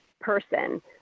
person